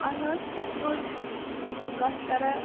اہن حظ تُہۍ چھُو حظ کَتھ کَران